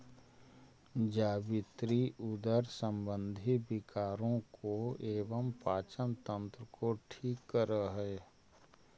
जावित्री उदर संबंधी विकारों को एवं पाचन तंत्र को ठीक करअ हई